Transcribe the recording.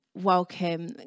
welcome